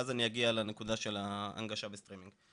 ואז אני אגיע לנקודה של ההנגשה בסטרימינג.